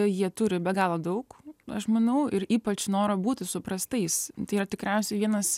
jie turi be galo daug aš manau ir ypač norą būti suprastais tai yra tikriausiai vienas